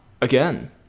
again